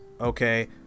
okay